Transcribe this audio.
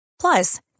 Plus